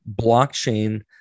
blockchain